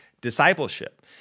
discipleship